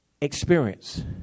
experience